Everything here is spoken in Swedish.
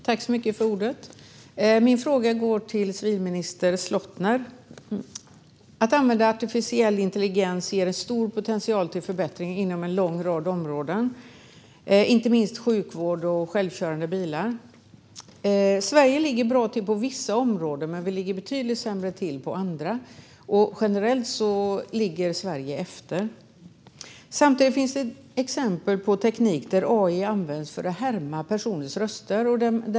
Herr talman! Min fråga går till civilminister Slottner. Att använda artificiell intelligens ger en stor potential för förbättring på en lång rad områden, inte minst när det gäller sjukvård och självkörande bilar. Vi i Sverige ligger bra till på vissa områden, men vi ligger betydligt sämre till på andra. Generellt ligger Sverige efter. Samtidigt finns det exempel på teknik där AI används för att härma personers röster.